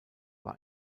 war